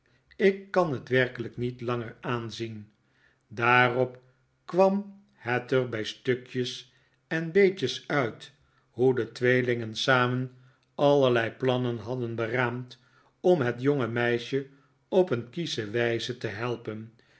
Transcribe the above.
ik kan het werkelijk niet langer aanzien daarop kwam het er bij stukjes en beetles uit hoe de tweelingen samen allerlei plannen hadden beraamd om het jonge meisje op een kiesche wijze te helpen